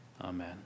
Amen